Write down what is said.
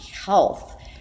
health